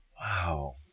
Wow